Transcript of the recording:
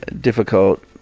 difficult